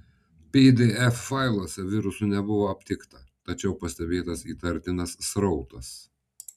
pdf failuose virusų nebuvo aptikta tačiau pastebėtas įtartinas srautas